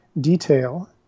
detail